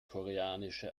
koreanische